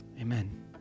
Amen